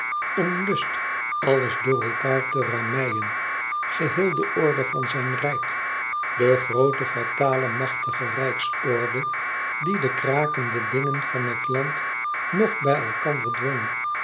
een lust alles door elkaâr te rameien geheel de orde van zijn rijk de groote fatale machtige rijksorde die de krakende e ids aargang dingen van het land nog bij elkander dwong